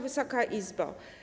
Wysoka Izbo!